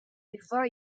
before